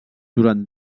durant